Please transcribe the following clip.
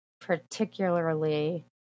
particularly